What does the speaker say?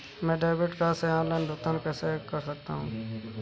मैं debit card से online भुगतान कैसे कर सकता हूँ?